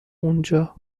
اونجا